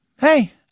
Hey